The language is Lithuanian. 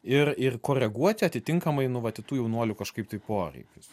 ir ir koreguoti atitinkamai nu vat į tų jaunuolių kažkaip tai poreikius